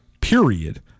period